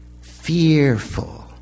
Fearful